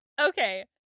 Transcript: okay